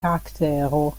karaktero